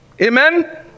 Amen